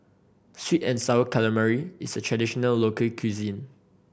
sweet and Sour Calamari is a traditional local cuisine